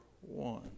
one